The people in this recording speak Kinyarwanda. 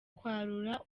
kwarura